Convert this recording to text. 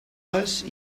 les